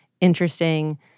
interesting